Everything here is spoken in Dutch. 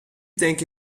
tanken